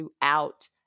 throughout